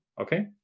okay